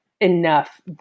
enough